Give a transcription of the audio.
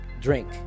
drink